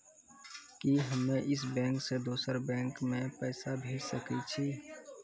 कि हम्मे इस बैंक सें दोसर बैंक मे पैसा भेज सकै छी?